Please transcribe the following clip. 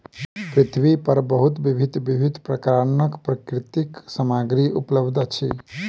पृथ्वी पर बहुत भिन्न भिन्न प्रकारक प्राकृतिक सामग्री उपलब्ध अछि